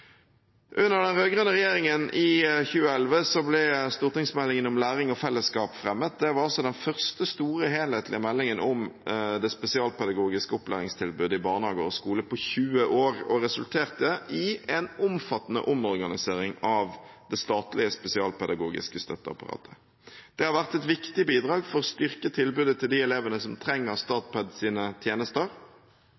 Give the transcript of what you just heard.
Under den rød-grønne regjeringen i 2011 ble stortingsmeldingen om læring og fellesskap fremmet. Det var den første store, helhetlige meldingen om det spesialpedagogiske opplæringstilbudet i barnehage og skole på 20 år og resulterte i en omfattende omorganisering av det statlige spesialpedagogiske støtteapparatet. Det har vært et viktig bidrag til å styrke tilbudet til de elevene som trenger